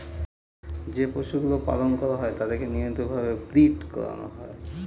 যে পশুগুলো পালন করা হয় তাদেরকে নিয়মিত ভাবে ব্রীড করানো হয়